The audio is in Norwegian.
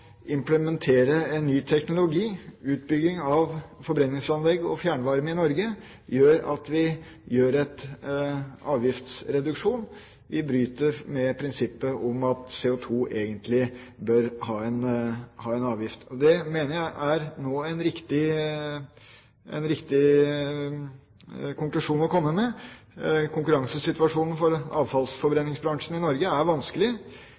implementere en ny teknologi, utbygging av forbrenningsanlegg og fjernvarme i Norge, gjør at vi får en avgiftsreduksjon. Vi bryter med prinsippet om at CO2 egentlig bør ha en avgift. Det mener jeg er en riktig konklusjon nå. Konkurransesituasjonen for avfallsforbrenningsbransjen i Norge er vanskelig,